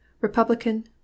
Republican